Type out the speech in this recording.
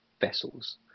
vessels